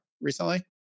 recently